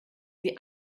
sie